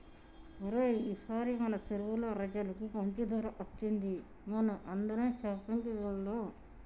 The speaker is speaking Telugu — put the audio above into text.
ఓరై ఈసారి మన సెరువులో రొయ్యలకి మంచి ధర అచ్చింది మనం అందరం షాపింగ్ కి వెళ్దాం